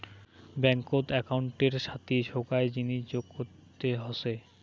ব্যাঙ্কত একউন্টের সাথি সোগায় জিনিস যোগ করতে হসে